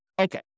Okay